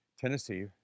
Tennessee